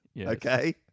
Okay